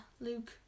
Luke